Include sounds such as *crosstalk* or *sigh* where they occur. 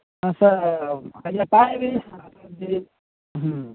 ଆଚ୍ଛା ପାଇବେନି *unintelligible* ଧିରେ